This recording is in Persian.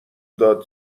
داد